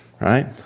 right